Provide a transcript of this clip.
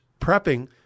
prepping